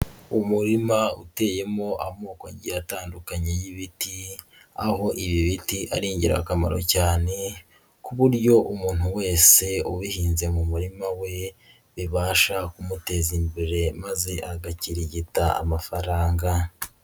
Umurima uteyemo amoko agiye atandukanye y'ibiti, aho ibi biti ari ingirakamaro cyane, ku buryo umuntu wese ubihinze mu murima we, bibasha kumuteza imbere maze agakirigita amafaranga.